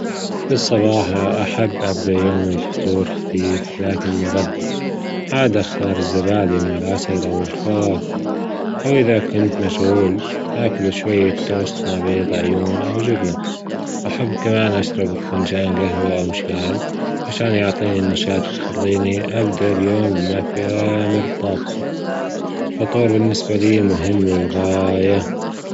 في الصباح أحب أبدأ يومي بفطور خفيف لكن مغذي، عاد أختار الزبادي مع العسل أو الفواكه، أو إذا كنت مشغول أكل شوية توست مع بيض عيون أو جبنة وأحب كمان أشرب فنجان جهوة أو شاي عشان يعطيني نشاط ويخليني أبدأ اليوم مع كامل طاجتي، الفطور بالنسبة لي مهم للغاية.